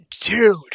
dude